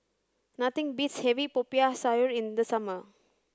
nothing beats having Popiah Sayur in the summer